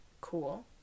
cool